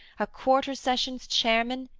a quarter-sessions chairman,